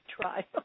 try